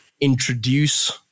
introduce